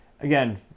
again